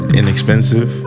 inexpensive